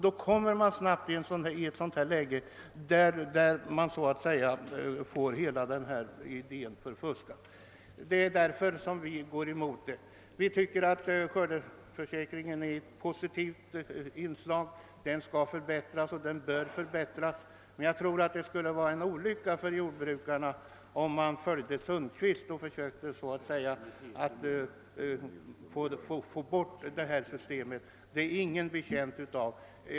Då skulle vi snabbt komma i ett sådant läge att hela denna idé blev förfuskad. Det är anledningen till att vi går emot yrkandet. Vi anser att skördeförsäkringen är av positivt värde och att den bör förbättras. Men det vore enligt min mening olyckligt för jordbrukarna om vi följde herr Sundkvists förslag och försökte få bort detta system. Ingen är betjänt av att det avskaffas.